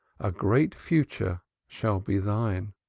a great future shall be thine.